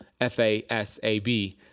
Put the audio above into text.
FASAB